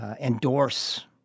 endorse